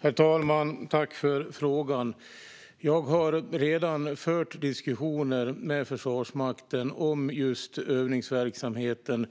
Herr talman! Tack för frågan! Jag har redan fört diskussioner med Försvarsmakten om just hur övningsverksamheten